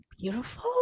beautiful